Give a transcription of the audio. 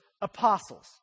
apostles